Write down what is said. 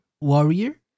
Warrior